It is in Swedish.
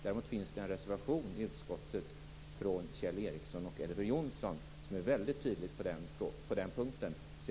Däremot finns det i utskottets betänkande en reservation från Kjell Ericsson och Elver Jonsson som är väldigt tydlig på den punkten.